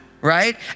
right